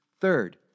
Third